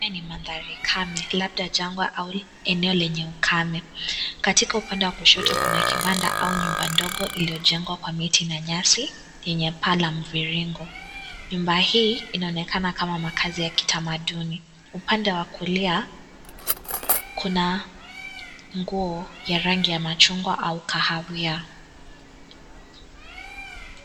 Haya ni magari kamwe labda jangwa au eneo lenye ukame, katika upande wa kushoto kuna kibanda au nyumba ndogo iliojengwa kwa miti na nyasi lenye paa la mviringo , nyumba hii inaonekana kama makazi ya kitamaduni upande wa kulia kuna nguo ya rangi ya machungwa au kahawia.